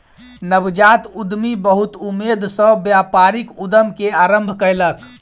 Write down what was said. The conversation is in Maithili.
नवजात उद्यमी बहुत उमेद सॅ व्यापारिक उद्यम के आरम्भ कयलक